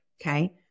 okay